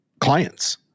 clients